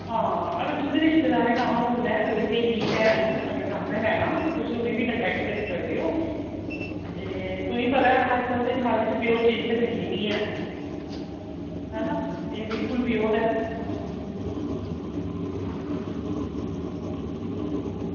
आं अगर तुंदे रिश्तेदारें तुसें अपनी स्हेली भैन कुसै नै लैना तुस उंदे कन्नै बी कंटेक्ट करी सकदे ओ ते तुसेंगी पता ऐ अज्जकल दे जमानै च प्योर चीज़ ते मिलदी निं ऐ ऐ ना एह् बिल्कुल प्योर ऐ